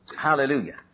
Hallelujah